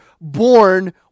born